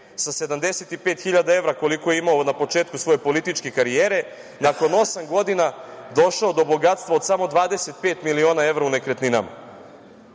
sa 75 hiljada evra, koliko je imao na početku svoje političke karijere, nakon osam godina došao do bogatstva od samo 25 miliona evra u nekretninama? Ono